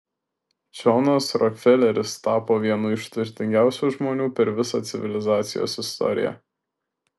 džonas rokfeleris tapo vienu iš turtingiausių žmonių per visą civilizacijos istoriją